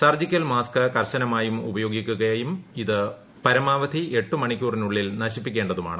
surgical mask കർശനമായും ഉപയോഗിക്കുകയും ഇത് പരമാവധി എട്ട് മണിക്കൂറിനുളളിൽ നശിപ്പിക്കേതാണ്